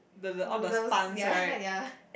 noodles ya ya